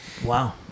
Wow